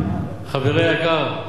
חברי היקר,